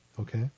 Okay